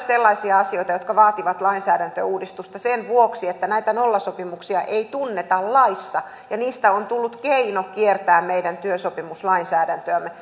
sellaisia asioita jotka vaativat lainsäädäntöuudistusta sen vuoksi että näitä nollasopimuksia ei tunneta laissa ja niistä on tullut keino kiertää meidän työsopimuslainsäädäntöämme